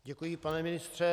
Děkuji, pane ministře.